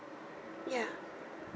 ya